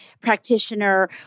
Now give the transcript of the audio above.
practitioner